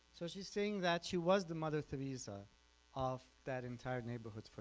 so she's saying that she was the mother teresa of that entire neighborhood for